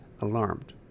alarmed